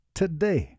today